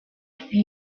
lake